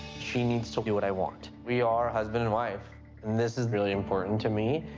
she needs to do what i want. we are husband and wife, and this is really important to me.